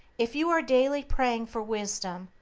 if you are daily praying for wisdom,